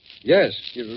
Yes